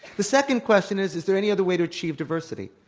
the second question is, is there any other way to achieve diversity?